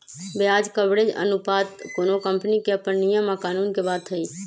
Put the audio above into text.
ब्याज कवरेज अनुपात कोनो कंपनी के अप्पन नियम आ कानून के बात हई